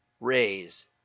raise